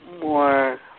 more